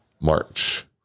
March